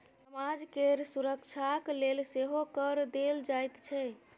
समाज केर सुरक्षाक लेल सेहो कर देल जाइत छै